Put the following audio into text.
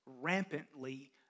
rampantly